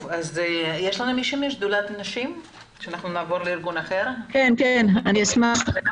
אני מתנצלת.